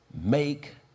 make